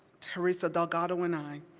teresa delgado and i,